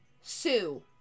Sue